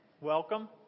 welcome